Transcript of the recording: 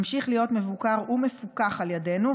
ממשיך להיות מבוקר ומפוקח על ידינו,